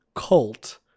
cult